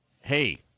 Hey